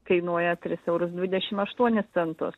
kainuoja tris eurus dvidešim aštuonis centus